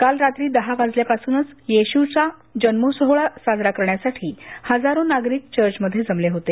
काल रात्री दहा वाजल्यापासूनच येशूचा जन्मसोहळा साजरा करण्यासाठी हजारो नागरिक चर्चमध्ये जमले होते